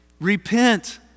Repent